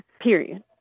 period